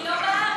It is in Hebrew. היא לא בארץ.